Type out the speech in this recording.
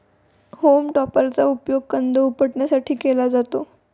home टॉपरचा उपयोग कंद उपटण्यासाठी केला जातो